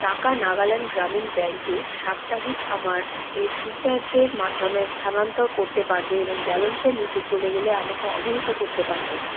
টাকা নাগাল্যান্ড গ্রামীণ ব্যাঙ্কে সাপ্তাহিক আমার এ ফ্রিচার্জের মাধ্যমে স্থানান্তর করতে পারবে এবং ব্যালেন্সের নিচে চলে গেলে আমাকে অবহিত করতে পারবে